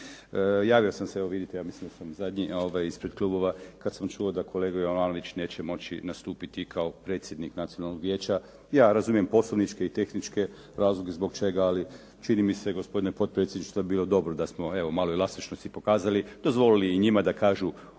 Javio sam se evo vidite, ja mislim da sam zadnji ispred klubova kad sam čuo da kolega Jovanović neće moći nastupiti kao predsjednik Nacionalnog vijeća. Ja razumijem poslovničke i tehničke razloge zbog čega. Ali čini mi se gospodine potpredsjedniče da bi bilo dobro da smo evo malo elastičnosti pokazali, dozvolili i njima da kažu